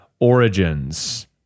origins